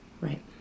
Right